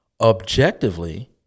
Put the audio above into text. objectively